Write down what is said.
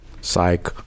psych